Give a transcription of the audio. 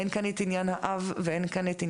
אין כאן את עניין האב או האם,